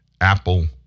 Apple